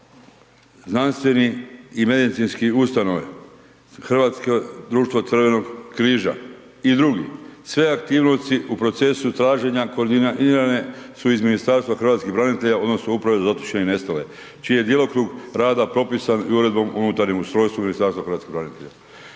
znanstvene i medicinske ustanove, Hrvatsko društvo Crvenog križa i drugi. Sve aktivnosti u procesu traženja koordinirane su iz Ministarstva hrvatskih branitelja odnosno Uprave za zatočene i nestale čiji je djelokrug rada propisan i Uredbom o unutarnjem ustrojstvu Ministarstva hrvatskih branitelja.